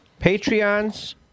Patreons